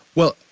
well,